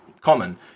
common